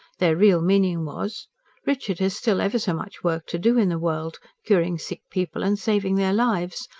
their real meaning was richard has still ever so much work to do in the world, curing sick people and saving their lives.